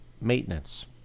maintenance